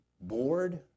bored